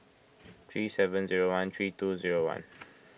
three seven zero one three two zero one